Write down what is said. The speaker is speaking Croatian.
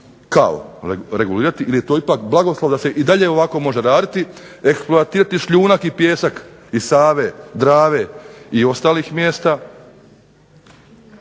kao regulirati jer je to ipak blagoslov da se i dalje ovako može raditi, eksploatirati šljunak i pijesak iz Save, Drave i ostalih mjesta,